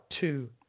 two